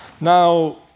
Now